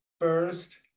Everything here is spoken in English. first